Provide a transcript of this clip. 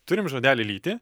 turim žodelį lyti